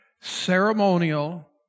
ceremonial